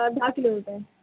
धा किलो विट